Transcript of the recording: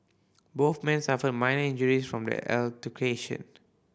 both men suffered minor injuries from the altercation